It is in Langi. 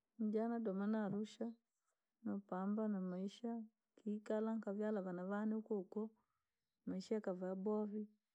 Niija nadooma na arusha, noopambana na maisha, nkiikala nkavyalaa vaana vaane hukoohukoo, maisha yakavaa yaboowa.